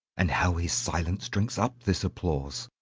and how his silence drinks up this applause!